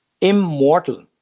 Immortal